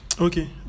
okay